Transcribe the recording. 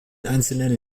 einzelnen